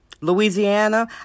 Louisiana